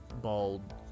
bald